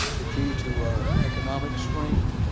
the key to our economic strength,